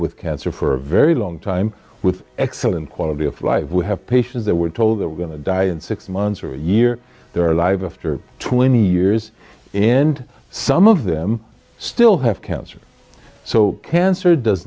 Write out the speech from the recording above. with cancer for a very long time with excellent quality of life we have patients they were told they were going to die in six months or a year they're alive after twenty years and some of them still have cancer so cancer does